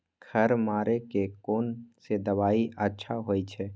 खर मारे के कोन से दवाई अच्छा होय छे?